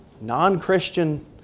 non-Christian